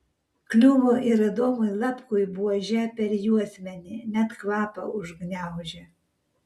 kliuvo ir adomui lapkui buože per juosmenį net kvapą užgniaužė